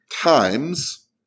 times